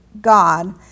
God